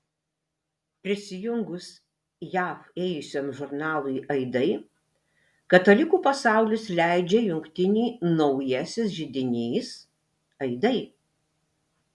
prisijungus jav ėjusiam žurnalui aidai katalikų pasaulis leidžia jungtinį naujasis židinys aidai